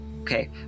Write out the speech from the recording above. Okay